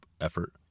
effort